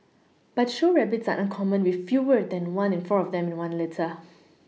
but show rabbits are uncommon with fewer than one in four of them in one litter